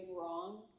wrong